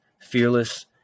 fearless